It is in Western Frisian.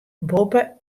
boppe